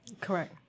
Correct